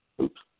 oops